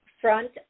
front